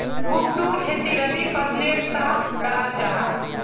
कुट्टूर खेती रबी फसलेर सा कराल जाहा